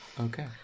Okay